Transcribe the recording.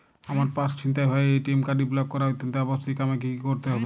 আমার পার্স ছিনতাই হওয়ায় এ.টি.এম কার্ডটি ব্লক করা অত্যন্ত আবশ্যিক আমায় কী কী করতে হবে?